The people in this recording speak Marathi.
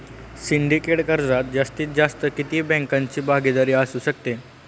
सिंडिकेट कर्जात जास्तीत जास्त किती बँकांची भागीदारी असू शकते?